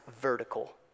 vertical